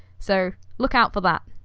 so look out for that.